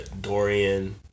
Dorian